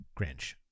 Grinch